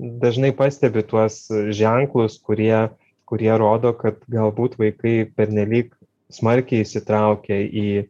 dažnai pastebi tuos ženklus kurie kurie rodo kad galbūt vaikai pernelyg smarkiai įsitraukia į